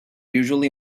usually